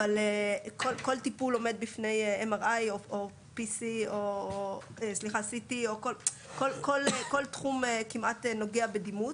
עומד בפני MRI או CT. כמעט כל תחום נוגע בדימות,